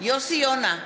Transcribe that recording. יוסי יונה,